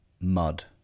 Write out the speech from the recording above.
Mud